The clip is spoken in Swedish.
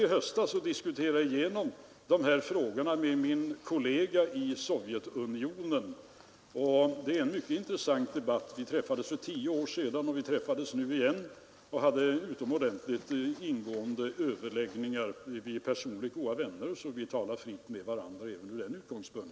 Vi skall importera 1 eller 2 miljarder utifrån och lägga in dem i all annan likviditet som vi har i det här landet. Det är den rätta politiken. Emot denna politik gick vi ut i samråd med riksbanken och gjorde åtstramningen.